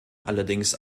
allerdings